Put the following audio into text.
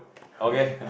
okay